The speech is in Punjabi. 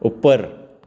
ਉੱਪਰ